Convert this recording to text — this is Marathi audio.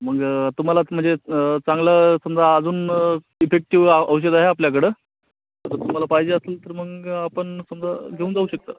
मग तुम्हाला म्हणजे चांगलं समजा अजून इफेक्टिव औषध आहे आपल्याकडं तर तुम्हाला पाहिजे असेल तर मग आपण समजा घेऊन जाऊ शकता